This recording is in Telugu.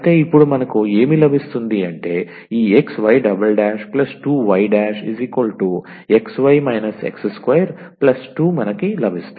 అయితే ఇప్పుడు మనకు ఏమి లభిస్తుంది అంటే ఈ 𝑥𝑦′′ 2𝑦′ 𝑥𝑦 − 𝑥2 2